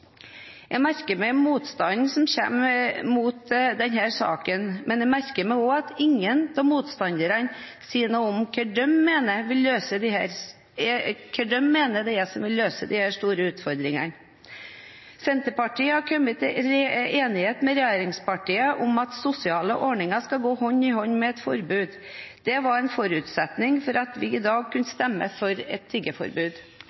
Jeg merker meg motstanden som kommer i denne saken, men jeg merker meg også at ingen av motstanderne sier noe om hva de mener vil løse disse store utfordringene. Senterpartiet har kommet til enighet med regjeringspartiene om at sosiale ordninger skal gå hånd i hånd med et forbud. Det var en forutsetning for at vi i dag kunne